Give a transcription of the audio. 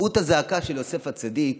מהות הזעקה של יוסף הצדיק